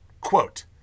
Quote